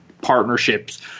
partnerships